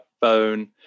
phone